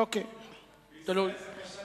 בישראל זה פשט את הרגל.